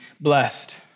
blessed